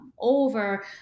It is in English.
over